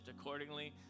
accordingly